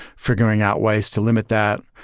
figuring out ways to limit that,